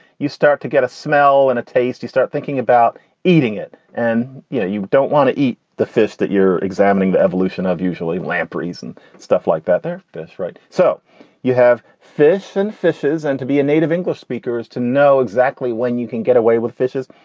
you start to get a smell and a taste. you start thinking about eating it and you know you don't want to eat the fish that you're examining the evolution of usually lampreys and stuff like that. they're fish, right. so you have fish and fishes and to be a native english speakers to know exactly when you can get away with fishes.